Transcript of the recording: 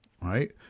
right